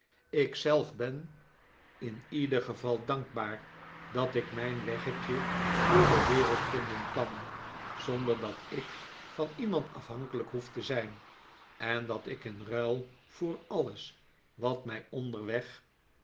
zelf ben in ieder geval dankbaar dat ik mijn weggetje door de wereld vinden kan zonder dat ik van iemand afhankelijk hbef te zijn en dat ik in ruil voor alles wat mij onderweg